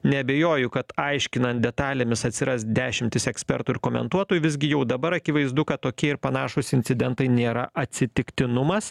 neabejoju kad aiškinant detalėmis atsiras dešimtys ekspertų ir komentuotojų visgi jau dabar akivaizdu kad tokie ir panašūs incidentai nėra atsitiktinumas